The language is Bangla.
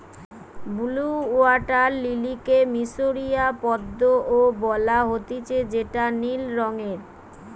ব্লউ ওয়াটার লিলিকে মিশরীয় পদ্ম ও বলা হতিছে যেটা নীল রঙের